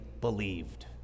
believed